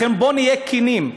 לכן, בואו נהיה כנים.